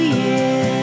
year